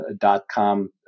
dot-com